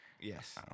Yes